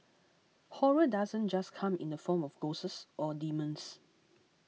horror doesn't just come in the form of ghosts or demons